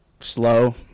slow